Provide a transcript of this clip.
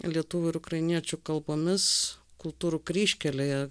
lietuvių ir ukrainiečių kalbomis kultūrų kryžkelėje